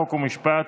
חוק ומשפט